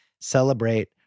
Celebrate